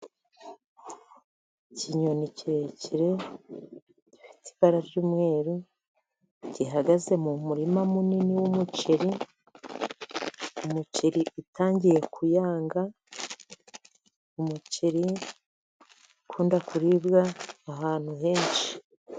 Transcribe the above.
Ikinyoni kirekire gifite ibara ry'umweru gihagaze mu murima munini w'umuceri, umuceri utangiye kuyanga, umuceri ukunda kuribwa ahantu henshi.